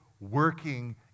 working